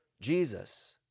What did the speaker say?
Jesus